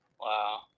Wow